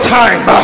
time